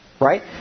right